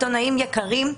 עיתונאים יקרים,